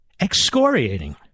Excoriating